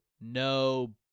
no